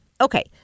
okay